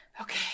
Okay